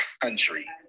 country